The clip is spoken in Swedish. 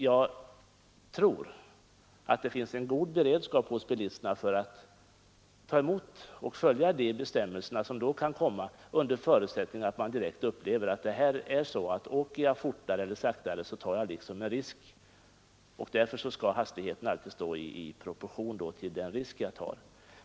Jag tror att det finns en god beredskap hos bilisterna för att ta emot och följa de nya bestämmelser som då kan komma, under förutsättning att de upplever en risk i proportion till den angivna hastigheten. Därför skall hastigheten alltid stå i proportion till den risk man tar.